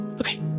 Okay